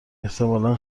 احتمالا